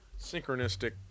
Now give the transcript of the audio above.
synchronistic